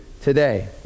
today